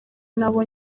nabo